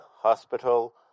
hospital